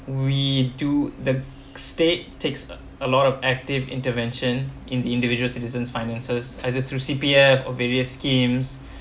we do the state takes uh a lot of active intervention in the individual citizens finances either through C_P_F or various schemes